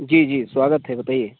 जी जी स्वागत है बताईए